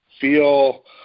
feel